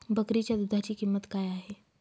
बकरीच्या दूधाची किंमत काय आहे?